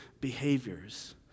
behaviors